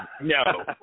No